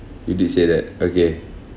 you did say that okay